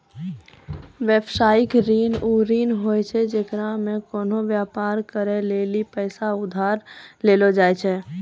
व्यवसायिक ऋण उ ऋण होय छै जेकरा मे कोनो व्यापार करै लेली पैसा उधार लेलो जाय छै